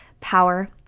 power